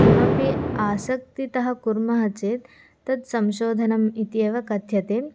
कापि आसक्तितः कुर्मः चेत् तत् संशोधनम् इत्येव कथ्यते